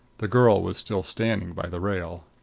the girl was still standing by the rail.